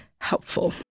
helpful